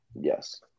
Yes